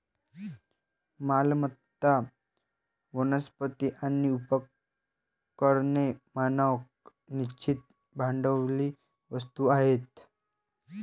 मालमत्ता, वनस्पती आणि उपकरणे मानक निश्चित भांडवली वस्तू आहेत